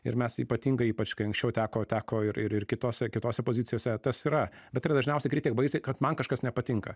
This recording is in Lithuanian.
ir mes ypatingai ypač kai anksčiau teko teko ir ir ir kitose kitose pozicijose tas yra bet yra dažniausia kritika baisiai kad man kažkas nepatinka